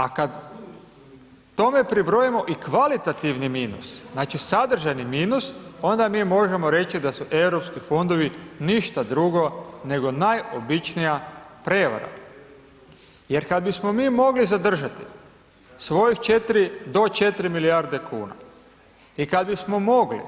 A kad tome pribrojimo i kvalitativni minus, znači, sadržajni minus, onda mi možemo reći da su Europski fondovi ništa drugo, nego najobičnija prevara, jer kad bismo mi mogli zadržati svojih do 4 milijarde kuna i kad bismo mogli